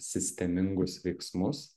sistemingus veiksmus